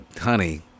honey